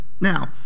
Now